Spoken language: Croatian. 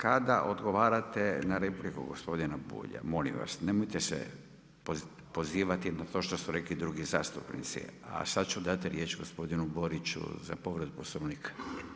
Kada odgovarate na repliku gospodin Bulja, molim vas nemojte se pozivati na to što su rekli drugi zastupnici, a sad ću dati riječ gospodinu Boriću za povredu Poslovnika.